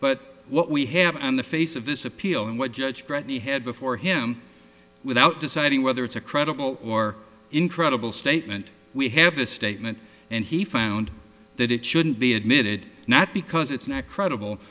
but what we have on the face of this appeal and what judge greg the head before him without deciding whether it's a credible or incredible statement we have the statement and he found that it shouldn't be admitted not because it's not credible